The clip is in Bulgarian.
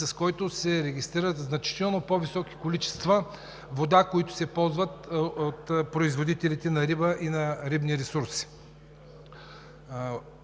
с който се регистрират значително по-високи количества вода, които се ползват от производителите на риба и на рибни ресурси.